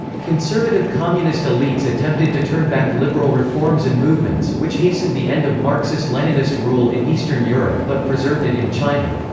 conservative communist elites attempted to turn back liberal reforms and movements, which hastened the end of marxist-leninist rule in eastern europe but preserved it in china.